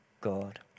God